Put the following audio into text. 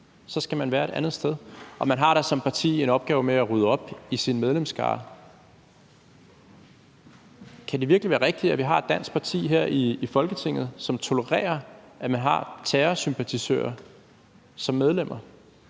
Så skal man være et andet sted. Det er da et partis opgave at rydde op i sin medlemsskare. Kan det virkelig være rigtigt, at vi har et dansk parti her i Folketinget, som tolererer at have terrorsympatisører som medlemmer?